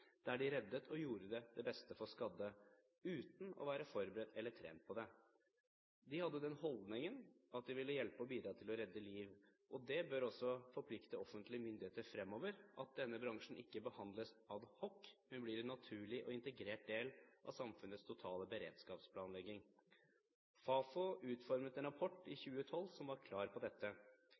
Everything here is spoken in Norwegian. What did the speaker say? De reddet og gjorde det beste for skadde, uten å være forberedt eller å ha trent på det. De hadde den holdningen at de ville hjelpe og bidra til å redde liv. Det bør forplikte offentlige myndigheter fremover at denne bransjen ikke behandles ad hoc, men blir en naturlig og integrert del av samfunnets totale beredskapsplanlegging. Fafo utformet en rapport i 2012 som var klar på dette.